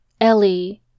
Ellie